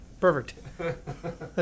Perfect